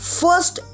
first